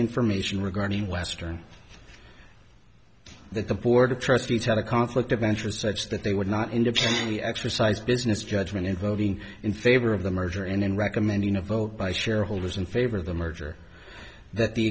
information regarding western that the board of trustees had a conflict of interest such that they would not independently exercise business judgment in voting in favor of the merger and in recommending a vote by shareholders in favor of the merger that the